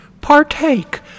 partake